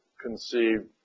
conceived